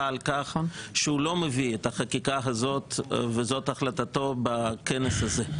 על כך שהוא לא מביא את החקיקה הזאת וזאת החלטתו בכנס הזה.